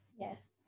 yes